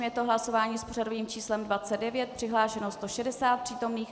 Je to hlasování s pořadovým číslem 29. Přihlášeno 160 přítomných.